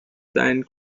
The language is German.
sein